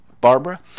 Barbara